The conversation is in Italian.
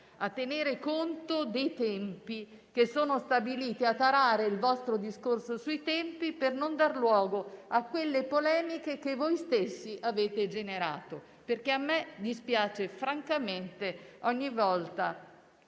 a tenere conto dei tempi stabiliti e a tarare il vostro discorso sui tempi per non dar luogo alle polemiche che voi stessi avete generato. A me dispiace francamente ogni volta